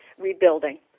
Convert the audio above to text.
rebuilding